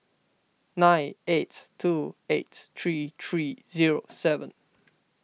nine eight two eight three three zero seven